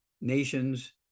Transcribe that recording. nations